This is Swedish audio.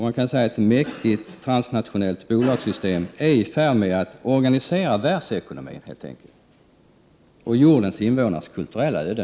Man kan säga att ett mäktigt transnationellt bolagssystem är i färd med att organisera världsekonomin och jordens invånares kulturella öde.